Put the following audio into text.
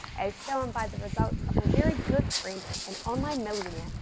as shown by the results of my very good friend and online millionaire,